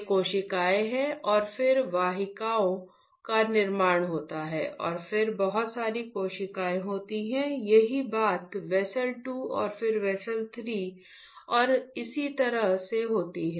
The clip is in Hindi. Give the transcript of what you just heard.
ये कोशिकाएं हैं और फिर वाहिकाओं का निर्माण होता है और फिर बहुत सारी कोशिकाएं होती हैं यही बात वेसल 2 और फिर वेसल 3 और इसी तरह से होती है